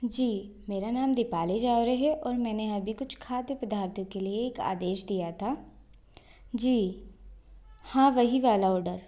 जी मेरा नाम दीपाली जावरे है और मैंने अभी कुछ खाद्य पदार्थो के लिए एक आदेश दिया था जी हाँ वही वाला ऑर्डर